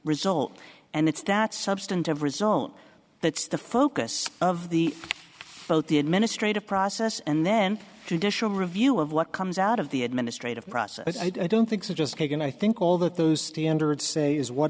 result and it's that substantive result that's the focus of the vote the administrative process and then judicial review of what comes out of the administrative process i don't think so just kagan i think all that those standards say is what